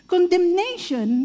Condemnation